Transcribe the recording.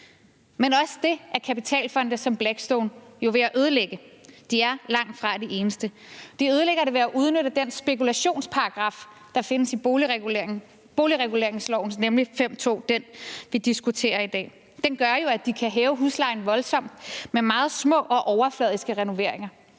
Men også det er kapitalfonde som Blackstone jo ved at ødelægge, og de er langtfra de eneste. De ødelægger det ved at udnytte den spekulationsparagraf, der findes i boligreguleringsloven, nemlig § 5, stk. 2, altså den, vi diskuterer i dag. Den gør, at de kan hæve huslejen voldsomt med meget små og overfladiske renoveringer.